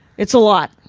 it's a lot.